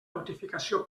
notificació